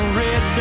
red